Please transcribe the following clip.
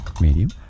Medium